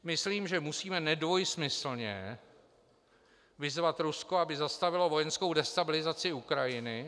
Myslím, že musíme nedvojsmyslně vyzvat Rusko, aby zastavilo vojenskou destabilizaci Ukrajiny.